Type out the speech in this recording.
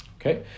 Okay